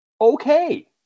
okay